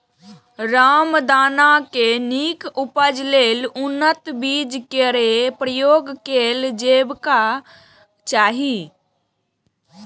रामदाना के नीक उपज लेल उन्नत बीज केर प्रयोग कैल जेबाक चाही